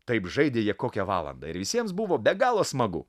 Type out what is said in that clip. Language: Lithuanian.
taip žaidė jie kokią valandą ir visiems buvo be galo smagu